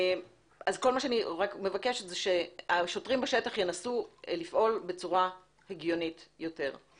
אני רק מבקשת שהשוטרים בשטח ינסו לפעול בצורה הגיונית יותר.